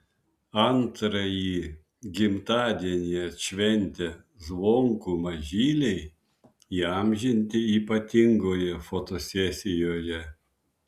antrąjį gimtadienį atšventę zvonkų mažyliai įamžinti ypatingoje fotosesijoje